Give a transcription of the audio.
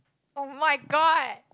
oh-my-god